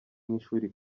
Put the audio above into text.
nk’ishuri